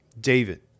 David